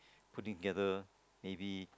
putting together maybe